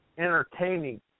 entertaining